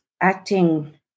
acting